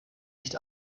nicht